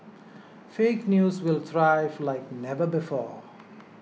fake news will thrive like never before